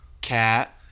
cat